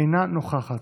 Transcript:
אינה נוכחת,